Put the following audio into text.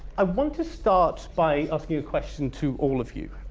i want to start by asking a question to all of you.